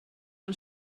ond